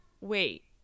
wait